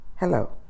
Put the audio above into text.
Hello